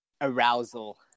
arousal